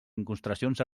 incrustacions